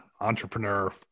entrepreneur